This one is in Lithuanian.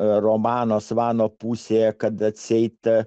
romano svano pusėje kad atseit